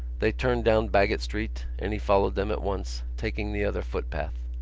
they turned down baggot street and he followed them at once, taking the other footpath.